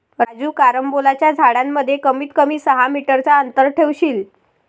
राजू कारंबोलाच्या झाडांमध्ये कमीत कमी सहा मीटर चा अंतर ठेवशील